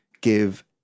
give